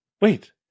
wait